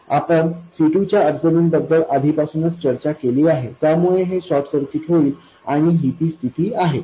आपण capacitor C2 च्या अडचणींबद्दल आधीपासूनच चर्चा केली आहेत्यामुळे ते शॉर्ट सर्किट होईल आणि ही ती स्थिती आहे